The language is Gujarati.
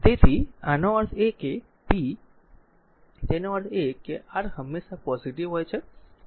તેથી આનો અર્થ એ છે કે પી તેનો અર્થ એ કે R હંમેશા પોઝીટીવ હોય છે અને તે v2 છે